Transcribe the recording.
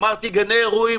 אמרתי, גני אירועים.